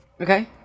Okay